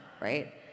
right